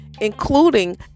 including